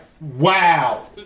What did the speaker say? Wow